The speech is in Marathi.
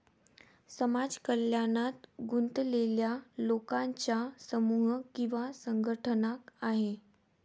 समाज कल्याणात गुंतलेल्या लोकांचा समूह किंवा संघटना आहे